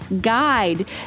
guide